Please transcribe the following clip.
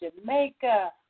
Jamaica